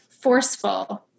forceful